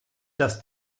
dass